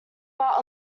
but